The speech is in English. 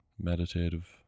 meditative